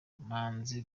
banze